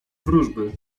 wróżby